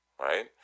right